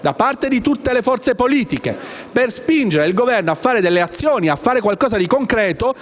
da parte di tutte le forze politiche per spingere il Governo a fare delle azioni, a fare qualcosa di concreto,